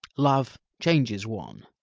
love changes one